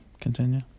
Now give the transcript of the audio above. Continue